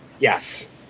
Yes